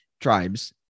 tribes